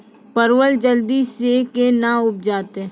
परवल जल्दी से के ना उपजाते?